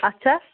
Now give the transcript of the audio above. اچھا